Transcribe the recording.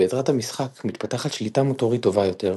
בעזרת המשחק מתפתחת שליטה מוטורית טובה יותר,